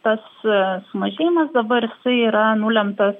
tas sumažėjimas dabar yra nulemtas